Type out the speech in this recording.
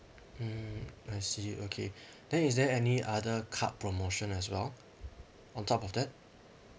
mm I see okay then is there any other card promotion as well on top of that